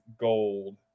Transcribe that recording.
gold